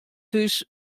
hús